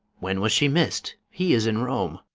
when was she miss'd? he is in rome.